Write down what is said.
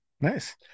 Nice